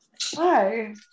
Hi